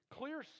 clear